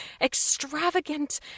extravagant